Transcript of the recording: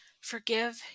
forgive